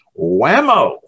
Whammo